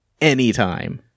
Anytime